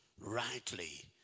rightly